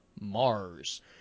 Mars